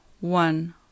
one